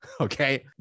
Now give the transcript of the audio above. okay